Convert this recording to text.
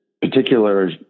particular